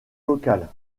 locales